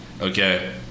okay